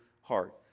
heart